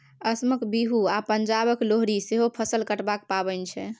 असमक बिहू आ पंजाबक लोहरी सेहो फसल कटबाक पाबनि छै